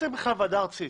ועדה ארצית?